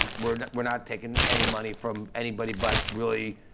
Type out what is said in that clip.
we're we're not taking any money from anybody but really